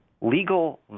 legal